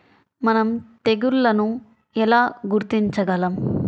మనం తెగుళ్లను ఎలా గుర్తించగలం?